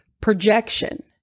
projection